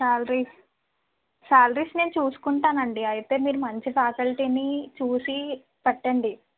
salaries salaries నేను చూసుకుంటానండి అయితే మీరు మంచి ఫ్యాకల్టీని చూసి పెట్టండి